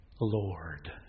Lord